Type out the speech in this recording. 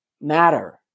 matter